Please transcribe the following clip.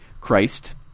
Christ